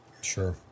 Sure